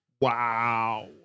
Wow